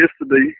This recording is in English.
Yesterday